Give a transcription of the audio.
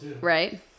right